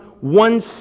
one